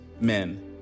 men